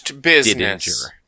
business